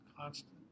constant